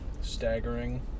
Staggering